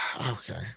okay